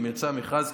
גם יצא מכרז.